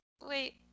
Wait